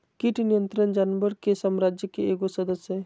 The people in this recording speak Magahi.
कीट नियंत्रण जानवर के साम्राज्य के एगो सदस्य हइ